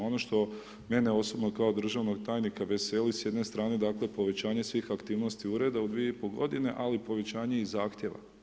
Ono što mene osobno kao državnog tajnika veseli s jedne strane, dakle, povećanje svih aktivnosti Ureda u dvije i pol godine, ali i povećanje i Zahtjeva.